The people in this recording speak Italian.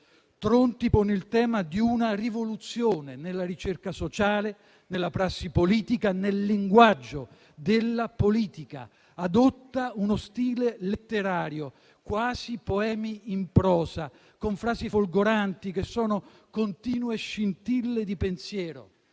Tronti pone il tema di una rivoluzione nella ricerca sociale, nella prassi politica, nel linguaggio della politica; adotta uno stile letterario, quasi poemi in prosa, con frasi folgoranti, che sono continue scintille di pensiero.